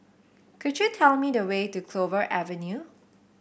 could you tell me the way to Clover Avenue